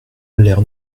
l’ère